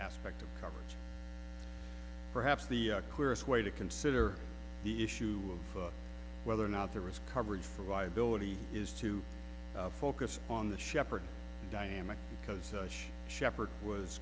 aspect of coverage perhaps the clearest way to consider the issue of whether or not there was coverage for viability is to focus on the sheppard dynamic because sheppard was